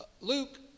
Luke